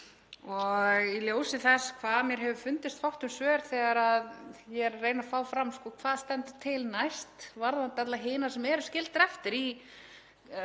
Í ljósi þess hvað mér hefur fundist fátt um svör þegar ég er að reyna að fá fram hvað standi til næst varðandi alla hina sem eru skildir eftir í